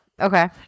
Okay